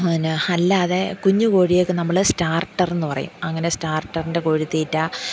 പിന്നെ അല്ലാതെ കുഞ്ഞു കോഴിയൊക്കെ നമ്മൾ സ്റ്റാർട്ടറെന്ന് പറയും അങ്ങനെ സ്റ്റാർട്ടറിൻ്റെ കോഴി തീറ്റ